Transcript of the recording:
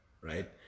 right